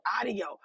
audio